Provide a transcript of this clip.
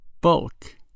Bulk